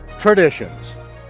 traditions,